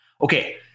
okay